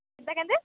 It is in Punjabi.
ਕਿੱਦਾਂ ਕਹਿੰਦੇ